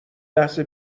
لحظه